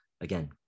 again